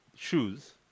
shoes